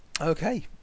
okay